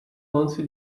lance